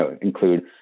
include